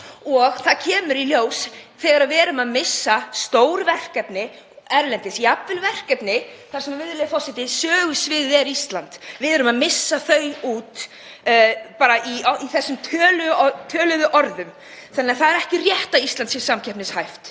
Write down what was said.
og það kemur í ljós þegar við erum að missa stór erlend verkefni, jafnvel verkefni þar sem sögusviðið er Ísland. Við erum að missa þau út bara í þessum töluðu orðum þannig að það er ekki rétt að Ísland sé samkeppnishæft.